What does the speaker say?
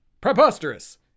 Preposterous